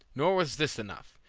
nor was this enough.